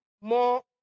more